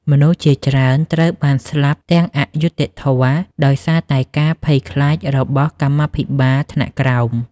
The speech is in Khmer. មនុស្សជាច្រើនត្រូវបានស្លាប់ទាំងអយុត្តិធម៌ ដោយសារតែការភ័យខ្លាចរបស់កម្មាភិបាលថ្នាក់ក្រោម។